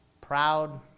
Proud